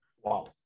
wow